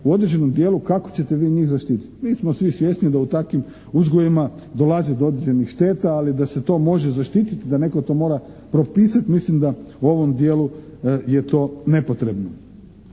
u određenom dijelu kako ćete vi njih zaštititi? Mi smo svi svjesni da u takvim uzgojima dolazi do određenih šteta ali da se to može zaštititi, da to netko mora propisat mislim da u ovom dijelu je to nepotrebno.